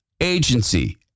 agency